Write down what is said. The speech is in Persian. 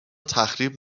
تخریب